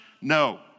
No